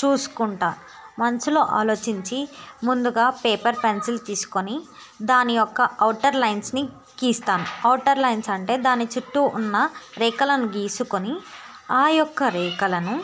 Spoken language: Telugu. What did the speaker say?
చూసుకుంటాను మనసులో ఆలోచించి ముందుగా పేపర్ పెన్సిల్ తీసుకుని దాని యొక్క ఔటర్ లైన్స్ని గీస్తాను ఔటర్ లైన్స్ అంటే దాని చుట్టూ ఉన్న రేఖలను గీసుకొని ఆ యొక్క రేఖలను